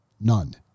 none